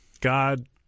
God